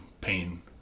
pain